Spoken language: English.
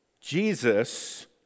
Jesus